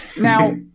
Now